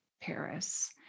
Paris